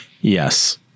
yes